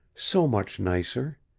so much nicer.